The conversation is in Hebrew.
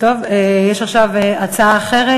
יש עכשיו הצעה אחרת.